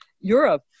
Europe